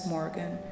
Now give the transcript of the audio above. Morgan